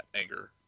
anger